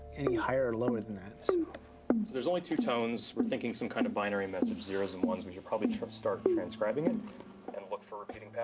any higher or lower than that. so there's only two tones. we're thinking some kind of binary message, zeros and ones, we should probably start transcribing it and look for repeating patterns.